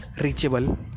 reachable